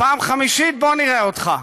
פעם חמישית, בוא נראה אותך.